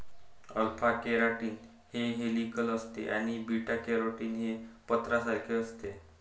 alpha keratin हे helical असते आणि बीटा केराटीन हे पत्र्यासारखे असते